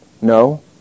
No